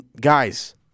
Guys